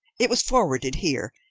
it was forwarded here,